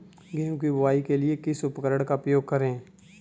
गेहूँ की बुवाई के लिए किस उपकरण का उपयोग करें?